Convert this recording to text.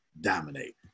dominate